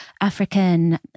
African